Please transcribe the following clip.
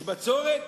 יש בצורת?